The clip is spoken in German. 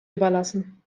überlassen